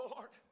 Lord